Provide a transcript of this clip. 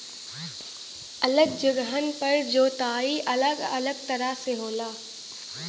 अलग जगहन पर जोताई अलग अलग तरह से होला